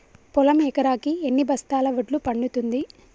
పొలం ఎకరాకి ఎన్ని బస్తాల వడ్లు పండుతుంది?